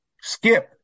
skip